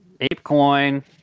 ApeCoin